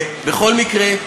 בכל מקרה,